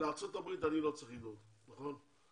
לארצות הברית אני לא צריך לדאוג, נכון?